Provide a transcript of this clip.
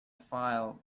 file